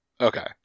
okay